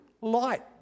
light